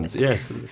Yes